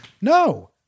No